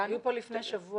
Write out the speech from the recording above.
הם היו כאן לפני שבוע.